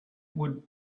would